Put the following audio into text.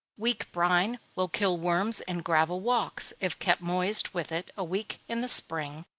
weak brine will kill worms in gravel walks, if kept moist with it a week in the spring,